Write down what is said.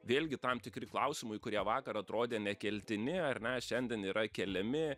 vėlgi tam tikri klausimai kurie vakar atrodė nekeltini ar ne šiandien yra keliami